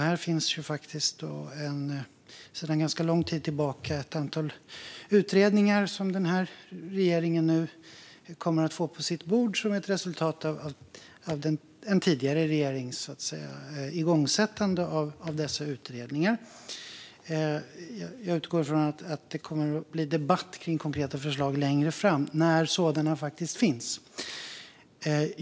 Där finns sedan ganska lång tid tillbaka ett antal utredningar som regeringen nu kommer att få på sitt bord som ett resultat av den tidigare regeringens igångsättande av dessa utredningar. Jag utgår ifrån att det kommer att bli debatt om konkreta förslag längre fram, när sådana faktiskt finns.